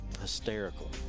hysterical